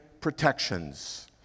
protections